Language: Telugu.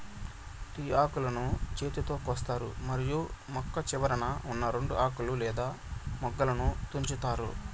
టీ ఆకులను చేతితో కోస్తారు మరియు మొక్క చివరన ఉన్నా రెండు ఆకులు లేదా మొగ్గలను తుంచుతారు